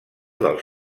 dels